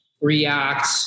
react